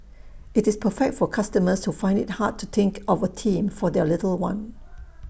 IT is perfect for customers who find IT hard to think of A theme for their little one